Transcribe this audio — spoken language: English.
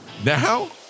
Now